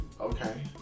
Okay